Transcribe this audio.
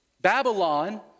Babylon